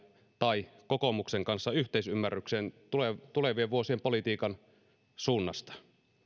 tai kokoomuksen kanssa yhteisymmärrykseen tulevien tulevien vuosien politiikan suunnasta